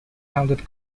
founded